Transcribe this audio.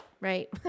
right